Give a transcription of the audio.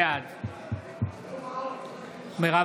בעד מרב